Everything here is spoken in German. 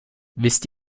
wisst